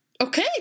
Okay